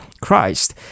Christ